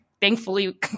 thankfully